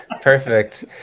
Perfect